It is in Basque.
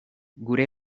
gure